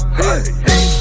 hey